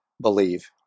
believe